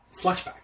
flashback